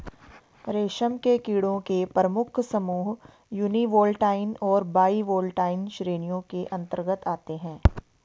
रेशम के कीड़ों के प्रमुख समूह यूनिवोल्टाइन और बाइवोल्टाइन श्रेणियों के अंतर्गत आते हैं